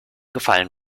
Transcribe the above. gefallen